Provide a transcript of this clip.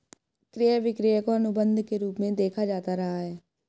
क्रय विक्रय को अनुबन्ध के रूप में देखा जाता रहा है